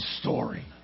story